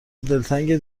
دلتنگ